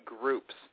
groups